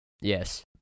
Yes